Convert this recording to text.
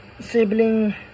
sibling